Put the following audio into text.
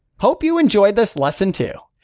hope you enjoyed this lesson too,